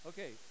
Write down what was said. Okay